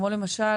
כמו למשל,